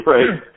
Right